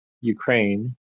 Ukraine